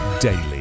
daily